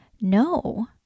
No